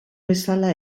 bezala